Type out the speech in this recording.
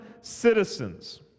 citizens